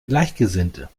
gleichgesinnte